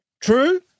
true